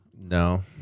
No